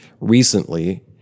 recently